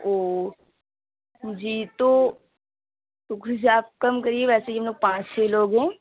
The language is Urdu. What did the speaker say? او جی تو تو کچھ آپ کم کریے ویسے ہی ہم لوگ پانچ چھ لوگ ہیں